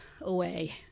away